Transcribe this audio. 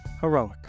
Heroic